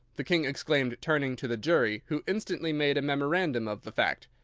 the king exclaimed, turning to the jury, who instantly made a memorandum of the fact.